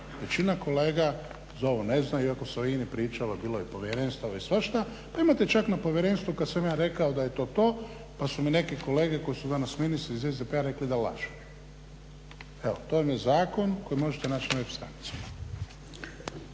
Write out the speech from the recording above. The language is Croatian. Većina kolega za ovo ne zna iako se o INA-i pričalo bilo je povjerenstvo i svašta pa imate čak na povjerenstvu kada sam ja rekao da je to to pa su me neke kolege koji su danas ministri iz SDP-a rekli da lažu. Evo to vam je zakon koji možete naći na web stranicama.